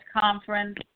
conference